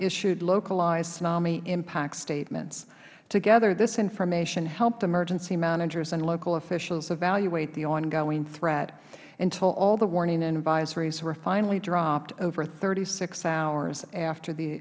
issued localized tsunami impact statements together this information helped emergency managers and local officials evaluate the ongoing threat until all the warnings and advisories were finally dropped over thirty six hours after the